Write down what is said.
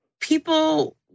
people